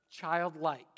childlike